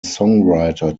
songwriter